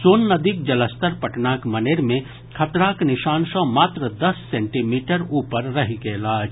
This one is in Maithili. सोन नदीक जलस्तर पटनाक मनेर मे खतराक निशान सँ मात्र दस सेंटीमीटर ऊपर रहि गेल अछि